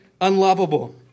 unlovable